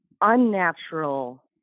unnatural